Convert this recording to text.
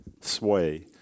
Sway